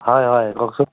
হয় হয় কওকচোন